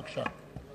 בבקשה.